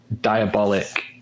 diabolic